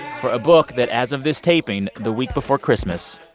for a book that, as of this taping the week before christmas,